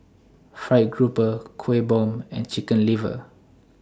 Fried Grouper Kueh Bom and Chicken Liver